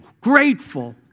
Grateful